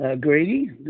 Grady